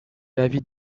l’avis